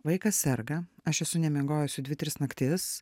vaikas serga aš esu nemiegojus jau dvi tris naktis